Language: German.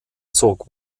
zog